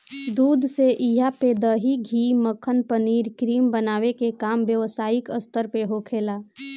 दूध से इहा पे दही, घी, मक्खन, पनीर, क्रीम बनावे के काम व्यवसायिक स्तर पे होखेला